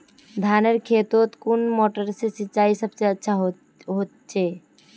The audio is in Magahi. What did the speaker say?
धानेर खेतोत कुन मोटर से सिंचाई सबसे अच्छा होचए?